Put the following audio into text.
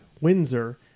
Windsor